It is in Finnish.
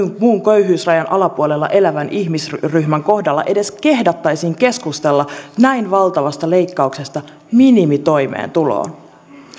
muun köyhyysrajan alapuolella elävän ihmisryhmän kohdalla edes kehdattaisiin keskustella näin valtavasta leikkauksesta minimitoimeentuloon